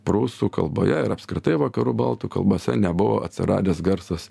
prūsų kalboje ir apskritai vakarų baltų kalbose nebuvo atsiradęs garsas